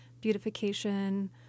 beautification